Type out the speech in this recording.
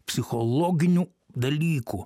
psichologinių dalykų